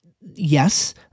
yes